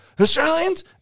Australians